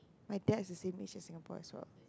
my dad's the same age as Singapore as well